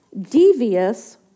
Devious